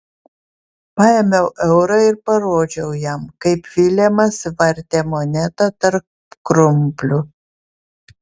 paėmiau eurą ir parodžiau jam kaip vilemas vartė monetą tarp krumplių